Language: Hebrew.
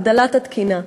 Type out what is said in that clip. הגדלת התקינה.